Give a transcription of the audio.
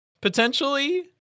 potentially